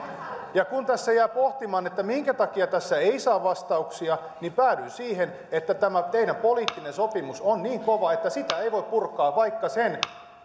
kun tässä jää pohtimaan minkä takia tässä ei saa vastauksia niin päädyin siihen että tämä teidän poliittinen sopimuksenne on niin kova että sitä ei voi purkaa vaikka sen